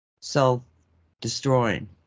self-destroying